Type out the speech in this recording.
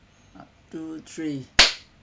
uh two three